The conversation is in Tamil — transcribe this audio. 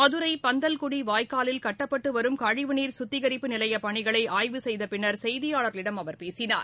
மதுரைபந்தல்குடிவாய்க்காலில் கட்டப்பட்டுவரும் கழிவுநீர் குத்திகரிப்பு நிலையப் பணிகளைஆய்வு செய்தப் பின்னர் செய்தியாளர்களிடம் அவர் பேசினார்